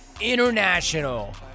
international